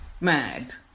mad